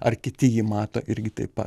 ar kiti jį mato irgi taip pat